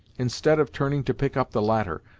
instead of turning to pick up the latter,